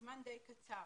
בזמן די קצר.